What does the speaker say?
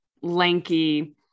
lanky